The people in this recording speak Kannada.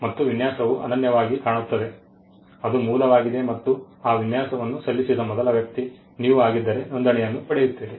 ಮತ್ತೆ ವಿನ್ಯಾಸವು ಅನನ್ಯವಾಗಿ ಕಾಣುತ್ತದೆ ಅದು ಮೂಲವಾಗಿದೆ ಮತ್ತು ಆ ವಿನ್ಯಾಸವನ್ನು ಸಲ್ಲಿಸಿದ ಮೊದಲ ವ್ಯಕ್ತಿ ನೀವು ಆಗಿದ್ದರೆ ನೋಂದಣಿಯನ್ನು ಪಡೆಯುತ್ತೀರಿ